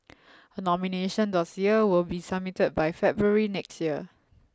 a nomination dossier will be submitted by February next year